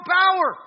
power